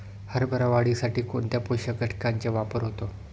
हरभरा वाढीसाठी कोणत्या पोषक घटकांचे वापर होतो?